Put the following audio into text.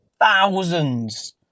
thousands